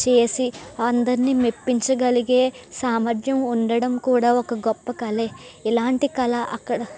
చేసి అందరిని మెప్పించగలిగే సామర్ధ్యం ఉండడం కూడా ఒక గొప్ప కళే ఇలాంటి కళ అక్కడ